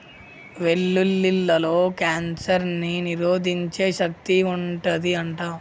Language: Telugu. వెల్లుల్లిలో కాన్సర్ ని నిరోధించే శక్తి వుంటది అంట